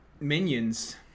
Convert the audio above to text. Minions